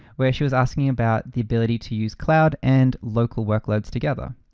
where she was asking about the ability to use cloud and local workloads together.